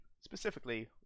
specifically